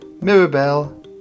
Mirabelle